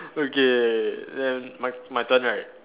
okay then my my turn right